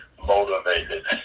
motivated